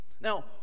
Now